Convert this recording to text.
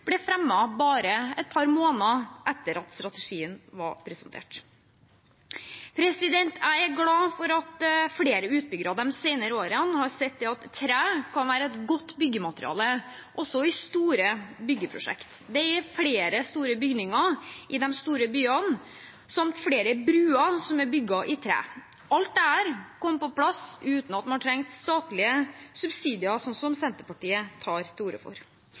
ble fremmet bare et par måneder etter at strategien var presentert. Jeg er glad for at flere utbyggere de senere årene har sett at tre kan være et godt byggemateriale også i store byggeprosjekter. Det gir flere store bygninger i de store byene samt flere bruer som er bygd av tre. Alt dette har kommet på plass uten at man har trengt statlige subsidier, slik som Senterpartiet tar til orde for.